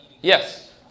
Yes